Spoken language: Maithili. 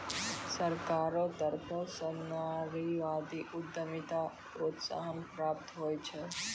सरकारो तरफो स नारीवादी उद्यमिताक प्रोत्साहन प्राप्त होय छै